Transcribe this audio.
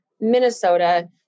Minnesota